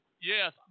Yes